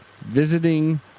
visiting